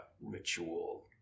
ritual